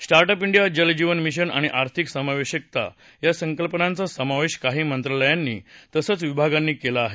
start up India Jal Jeevan mission आणि आर्थिक समावेशकता या संकल्पनांचा समावेश काही मंत्रालयांनी तसंच विभागांनी केला आहे